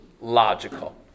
logical